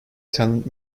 talent